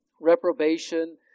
Reprobation